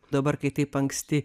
dabar kai taip anksti